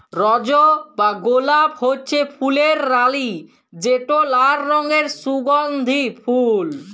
রজ বা গোলাপ হছে ফুলের রালি যেট লাল রঙের সুগল্ধি ফল